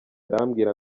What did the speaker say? arambwira